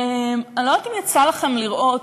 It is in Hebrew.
אני לא יודעת אם יצא לכם לראות,